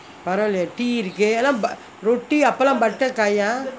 பரவாலயே:paravalayae tea இருக்கு எல்லாம்:irukku ellam roti அப்பலாம்:appalaam butter kaya